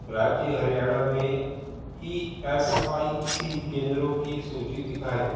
राज्य हरियाणा में E S I C केंद्रों की सूची दिखाएँ